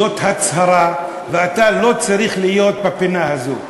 זאת הצהרה, ואתה לא צריך להיות בפינה הזאת.